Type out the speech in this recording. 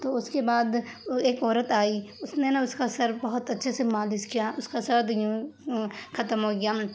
تو اس کے بعد وہ ایک عورت آئی اس نے نا اس کا سر بہت اچھے سے مالش کیا اس کا سر درد یوں ختم ہو گیا